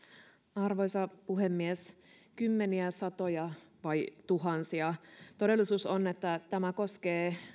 arvoisa puhemies kymmeniä satoja vai tuhansia todellisuus on että tämä koskee